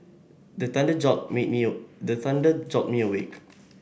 the thunder jolt me the thunder jolt me awake